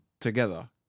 together